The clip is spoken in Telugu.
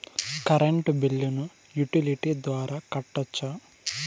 కరెంటు బిల్లును యుటిలిటీ ద్వారా కట్టొచ్చా?